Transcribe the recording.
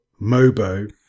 Mobo